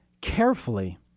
carefully